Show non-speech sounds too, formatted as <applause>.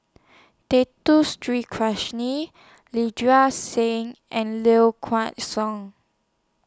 Dato Street <unintelligible> Sin and Low Kway Song